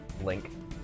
Link